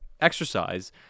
exercise